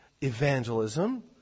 evangelism